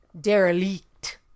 Derelict